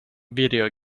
video